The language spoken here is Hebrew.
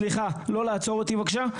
סליחה, לא לעצור אותי בבקשה.